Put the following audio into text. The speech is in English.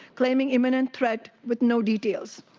claiming imminent threat with no details.